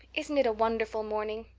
isn't it a wonderful morning?